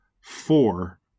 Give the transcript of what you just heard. four